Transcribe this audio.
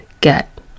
get